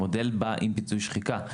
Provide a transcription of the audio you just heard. המודל בא עם פיצוי שחיקה,